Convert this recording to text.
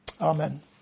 Amen